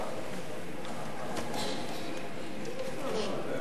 ביקשתי להירשם.